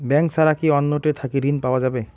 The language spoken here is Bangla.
ব্যাংক ছাড়া কি অন্য টে থাকি ঋণ পাওয়া যাবে?